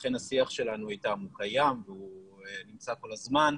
ולכן השיח שלנו איתם קיים ונמצא כל הזמן.